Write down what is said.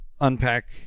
unpack